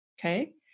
Okay